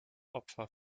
opfer